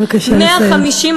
בבקשה לסיים.